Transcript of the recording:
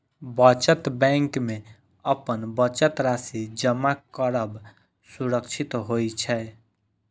बचत बैंक मे अपन बचत राशि जमा करब सुरक्षित होइ छै